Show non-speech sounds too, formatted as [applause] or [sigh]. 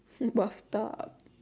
[noise] bathtub